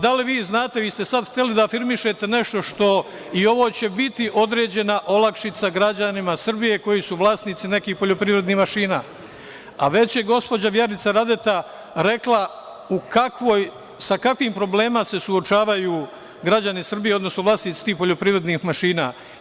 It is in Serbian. Da li vi znate, vi ste sad hteli da afirmišete nešto i ovo će biti određena olakšica građanima Srbije koji su vlasnici nekih poljoprivrednih mašina, a već je gospođa Vjerica Radeta rekla sa kakvim problemima se suočavaju građani Srbije, odnosno vlasnici tih poljoprivrednih mašina.